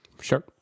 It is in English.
Sure